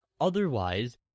otherwise